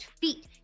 feet